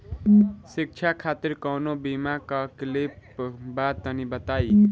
शिक्षा खातिर कौनो बीमा क विक्लप बा तनि बताई?